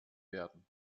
werden